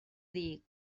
dir